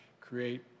create